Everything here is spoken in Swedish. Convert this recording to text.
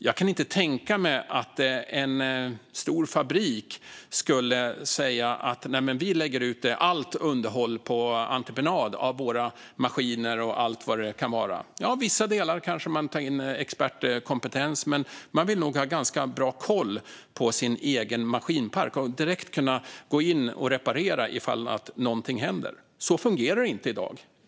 Jag kan inte tänka mig att en stor fabrik skulle säga: Nej, men vi lägger ut allt underhåll av våra maskiner och allt vad det kan vara på entreprenad. Ja, i vissa delar kanske man tar in expertkompetens, men man vill nog ha ganska bra koll på sin egen maskinpark och direkt kunna gå in och reparera ifall någonting händer. Så fungerar det inte i dag.